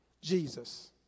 Jesus